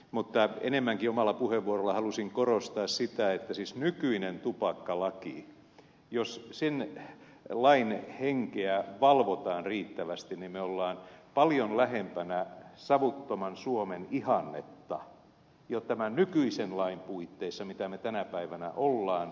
mutta enemmänkin omalla puheenvuorollani halusin korostaa sitä että jos nykyisen tupakkalain henkeä valvotaan riittävästi me olemme paljon lähempänä savuttoman suomen ihannetta jo tämän nykyisen lain puitteissa kuin me tänä päivänä olemme